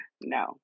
No